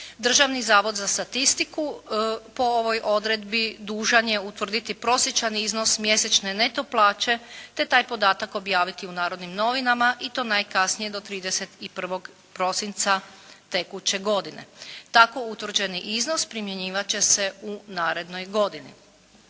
Državni zavod za statistiku po ovoj odredbi dužan je utvrditi prosječan iznos mjesečne neto plaće te taj podatak objaviti u "Narodnim novinama" i to najkasnije do 31. prosinca tekuće godine. Tako utvrđeni iznos primjenjivati će se u narednoj godini.